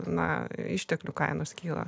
na išteklių kainos kyla